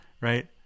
right